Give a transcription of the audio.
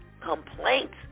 complaints